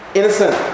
innocent